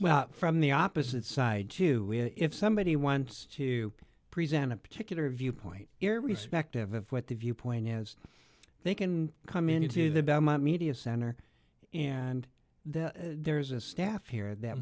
well from the opposite side to if somebody wants to present a particular viewpoint irrespective of what the viewpoint is they can come in and see the media center and then there's a staff here that